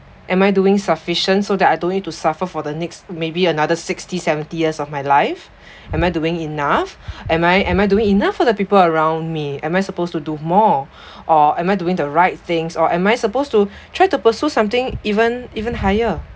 am I doing sufficient so that I don't need to suffer for the next maybe another sixty seventy years of my life am I doing enough am I am I doing enough for the people around me am I supposed to do more or am I doing the right things or am I supposed to try to pursue something even even higher